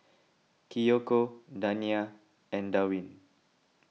Kiyoko Dania and Darwin